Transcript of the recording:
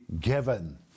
given